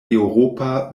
eŭropa